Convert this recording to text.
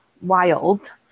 wild